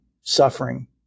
suffering